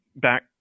back